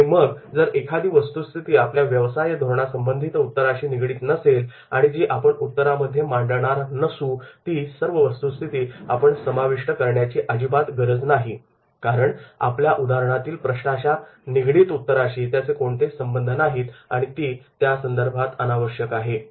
आणि मग जर एखादी वस्तूस्थिती आपल्या व्यवसाय धोरणासंबंधित उत्तराशी निगडीत नसेल आणि जी आपण उत्तरांमध्ये मांडणार नसू ती सर्व वस्तुस्थिती आपण समाविष्ट करण्याची अजिबात गरज नाही कारण आपल्या उदाहरणातील प्रश्नाच्या निगडीत उत्तराशी त्याचे कोणतेच संबंध नाही आणि ती त्यासंदर्भात अनावश्यक आहे